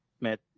met